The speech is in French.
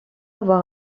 avoir